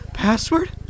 Password